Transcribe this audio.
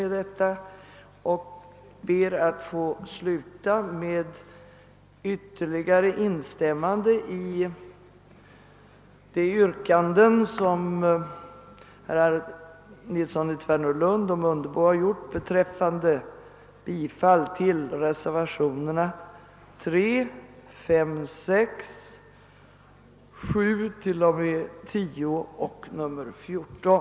Därför slutar jag med ytterligare instämmande i de yrkanden som herrar Nilsson i Tvärålund och Mundebo framställt om bifall till reservationerna 3, 5, 6, 7, 8, 9, 10 och 14 vid statsutskottets utlåtande nr 103.